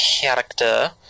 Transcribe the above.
character